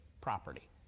property